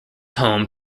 home